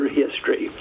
history